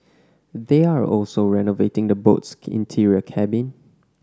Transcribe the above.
they are also renovating the boat's interior cabin